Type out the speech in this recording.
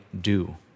do